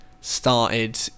started